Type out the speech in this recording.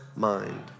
Mind